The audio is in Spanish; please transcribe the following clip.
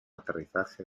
aterrizaje